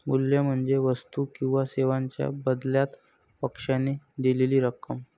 मूल्य म्हणजे वस्तू किंवा सेवांच्या बदल्यात पक्षाने दिलेली रक्कम